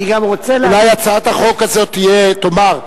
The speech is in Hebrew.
אולי הצעת החוק הזאת תאמר,